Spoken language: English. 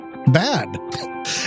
bad